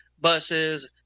buses